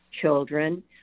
children